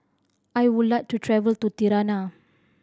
I would like to travel to Tirana